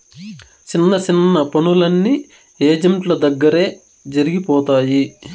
సిన్న సిన్న పనులన్నీ ఏజెంట్ల దగ్గరే జరిగిపోతాయి